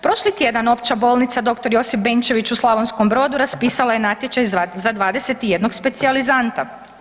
Prošli tjedan Opća bolnica dr. Josip Benčević u Slavonskom Brodu raspisala je natječaj za 21 specijalizanta.